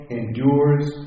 endures